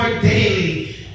daily